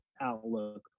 outlook